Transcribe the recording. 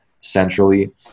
centrally